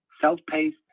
self-paced